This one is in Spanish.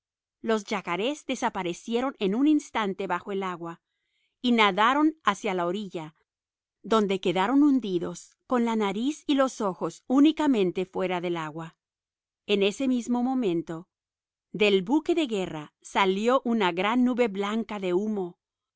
los yacarés desaparecieron en un instante bajo el agua y nadaron hacia la orilla donde quedaron hundidos con la nariz y los ojos únicamente fuera del agua en ese mismo momento del buque salió una gran nube blanca de humo